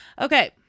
Okay